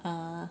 ah